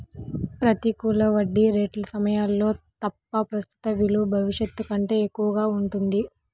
ప్రతికూల వడ్డీ రేట్ల సమయాల్లో తప్ప, ప్రస్తుత విలువ భవిష్యత్తు కంటే ఎక్కువగా ఉంటుంది